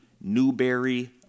Newberry